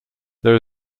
there